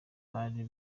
bari